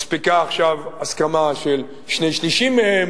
מספיקה עכשיו הסכמה של שני-שלישים מהם.